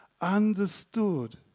understood